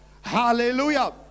Hallelujah